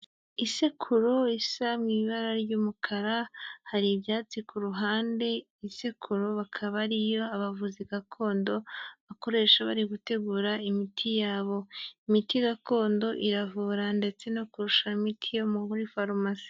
Isekuru isa mu ibara ry'umukara hari ibyatsi ku ruhande, isekuru bakaba ariyo abavuzi gakondo bakoresha bari gutegura imiti yabo. Imiti gakondo iravura ndetse no kurusha imiti yo muri farumasi.